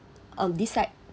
um decide